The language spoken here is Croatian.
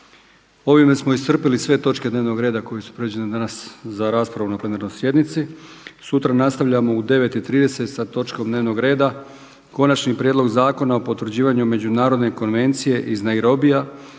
Ovime smo iscrpili sve točke dnevnog reda koje su prijeđene danas za raspravu na plenarnoj sjednici. Sutra nastavljamo u 9,30 sa točkom dnevnog reda Konačni prijedlog Zakona o potvrđivanju Međunarodne konvencije iz Nairobija